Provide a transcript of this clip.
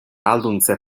ahalduntze